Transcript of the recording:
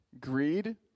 greed